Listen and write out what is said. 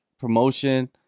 promotion